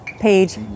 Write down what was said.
page